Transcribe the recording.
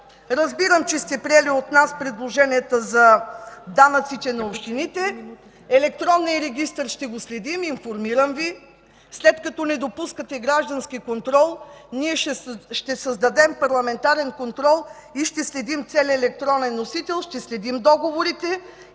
Разбирам, че сте приели от нас предложенията за данъците на общините. Електронния регистър ще го следим, информирам Ви. След като не допускате граждански контрол, ние ще създадем парламентарен контрол и ще следим целия електронен носител, ще следим договорите